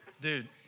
Dude